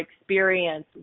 experience